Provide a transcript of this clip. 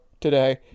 today